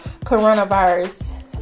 coronavirus